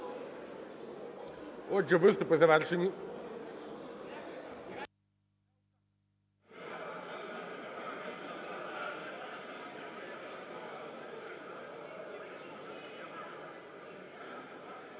Отже, виступи завершені.